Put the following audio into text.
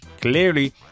clearly